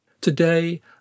Today